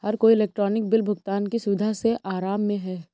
हर कोई electronic bill भुगतान की सुविधा से आराम में है